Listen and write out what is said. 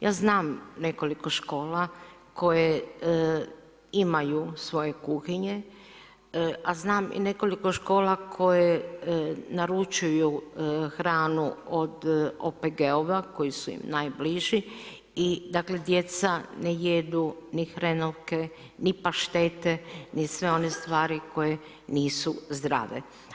Ja znam nekoliko škola koje imaju svoje kuhinje, a znam i nekoliko škola koje naručuju hranu od OPG-ova koji su im najbliži i dakle djeca ne jedu ni hrenovke ni paštete, ni sve one stvari koje nisu zdrave.